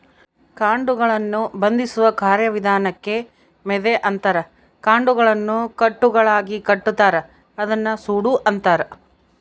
ಕಾಂಡಗಳನ್ನು ಬಂಧಿಸುವ ಕಾರ್ಯವಿಧಾನಕ್ಕೆ ಮೆದೆ ಅಂತಾರ ಕಾಂಡಗಳನ್ನು ಕಟ್ಟುಗಳಾಗಿಕಟ್ಟುತಾರ ಅದನ್ನ ಸೂಡು ಅಂತಾರ